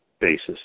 basis